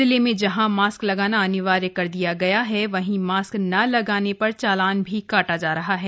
जिले में जहां मास्क लगाना अनिवार्य कर दिया गया है वहीं मास्क न लगाने पर चालान भी काटा जा रहा है